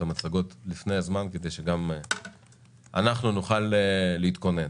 המצגות לפני הזמן כדי שגם אנחנו נוכל להתכונן.